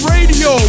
Radio